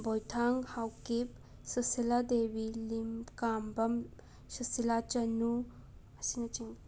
ꯕꯣꯏꯊꯥꯡ ꯍꯥꯎꯀꯤꯞ ꯁꯨꯁꯤꯂꯥ ꯗꯦꯕꯤ ꯂꯤꯟ ꯀꯥꯡꯕꯝ ꯁꯨꯁꯤꯂꯥ ꯆꯅꯨ ꯑꯁꯤꯅꯆꯤꯡꯕ